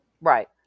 Right